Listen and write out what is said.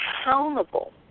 accountable